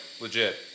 legit